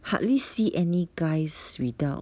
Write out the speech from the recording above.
hardly see any guys without